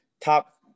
top